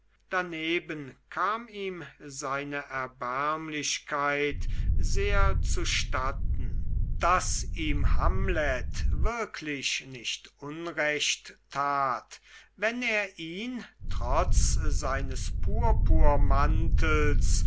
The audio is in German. daneben kam ihm seine erbärmlichkeit sehr zustatten daß ihm hamlet wirklich nicht unrecht tat wenn er ihn trotz seines